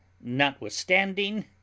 notwithstanding